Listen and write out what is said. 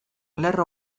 lerro